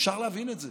אפשר להבין את זה.